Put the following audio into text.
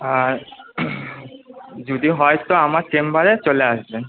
আর যদি হয় তো আমার চেম্বারে চলে আসবেন